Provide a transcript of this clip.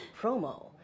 promo